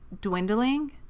dwindling